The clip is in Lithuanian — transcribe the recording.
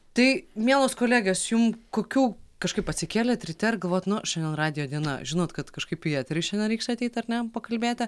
tai mielos kolegės jum kokių kažkaip atsikėlėt ryte ir galvojat nu šiandien radijo diena žinot kad kažkaip į eterį šiandien reiks ateit ar ne pakalbėti